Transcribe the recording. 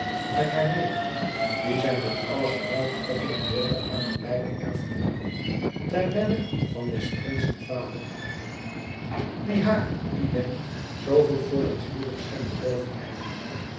met haar neef dien zij met alle geweld koppelen wilde aan een rijke erfgename ter wille van des prinsen vader die haar item zooveel voor dat huwelijk scheen beloofd te hebben